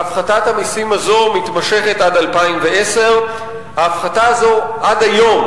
והפחתת המסים הזו מתמשכת עד 2010. ההפחתה הזו הביאה עד היום